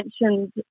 mentioned